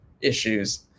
issues